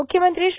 म्रख्यमंत्री श्री